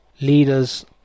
leaders